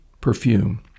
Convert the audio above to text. perfume